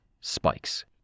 spikes